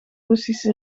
russische